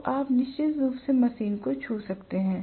तो आप निश्चित रूप से मशीन को छू सकते हैं